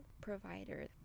provider